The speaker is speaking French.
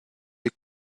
est